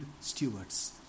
stewards